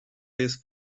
jest